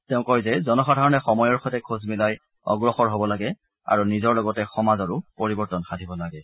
তেওঁ কয় যে জনসাধাৰণে সময়ৰ সৈতে খোজ মিলাই অগ্ৰসৰ হ'ব লাগে আৰু নিজৰ লগতে সমাজৰো পৰিৱৰ্তন সাধিব লাগে